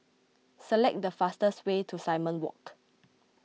select the fastest way to Simon Walk